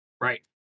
Right